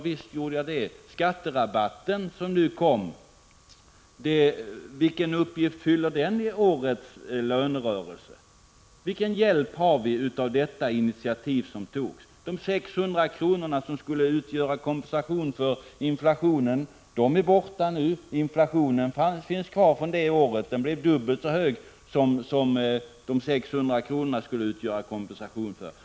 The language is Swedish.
Vilken uppgift fyller den skatterabatt som kom förra året i årets lönerörelse? Vilken hjälp har vi av detta initiativ? De 600 kr. som skulle utgöra kompensation för inflationen är borta nu, men inflationen finns kvar från det året och är dubbelt så hög som de 600 kronorna skulle utgöra kompensation för.